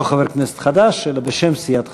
לא חבר כנסת חדש, אלא בשם סיעת חד"ש.